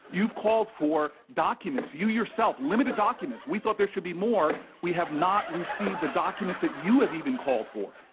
you've called for documents. you yourself limited documents. we thought there should be more. we have not received the documents that you have even called for.